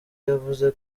yavuze